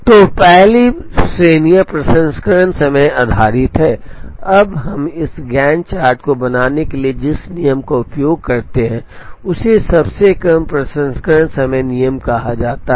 तो पहली श्रेणियां प्रसंस्करण समय आधारित हैं अब हम इस गैंट चार्ट को बनाने के लिए जिस नियम का उपयोग करते हैं उसे सबसे कम प्रसंस्करण समय नियम कहा जाता है